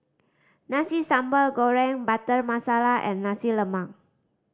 Nasi Sambal Goreng Butter Masala and Nasi Lemak